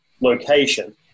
location